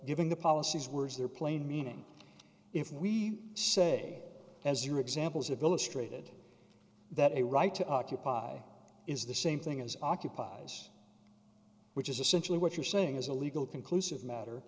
giving the policies words there plain meaning if we say as your examples of illustrated that a right to occupy is the same thing as occupies which is essentially what you're saying is a legal conclusive ma